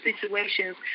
situations